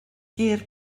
gur